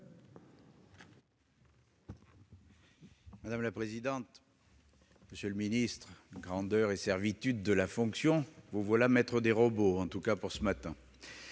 M. Roger Karoutchi. Monsieur le ministre, grandeur et servitude de la fonction : vous voilà maître des robots, en tout cas pour ce matin